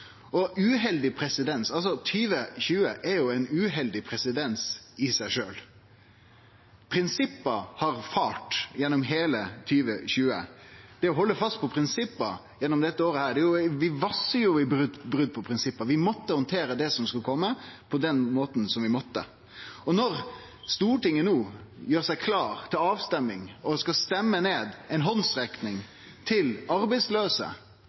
Og uheldig presedens – 2020 er jo ein uheldig presedens i seg sjølv. Prinsippa har fare gjennom heile 2020. Det å halde fast på prinsippa gjennom dette året – vi vassar i brot på prinsipp, vi måtte handtere det som skulle kome, på den måten som vi måtte. Og når Stortinget no gjer seg klar til avstemming og skal stemme ned ei handsrekning til arbeidslause,